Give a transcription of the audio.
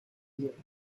you